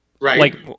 Right